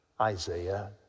Isaiah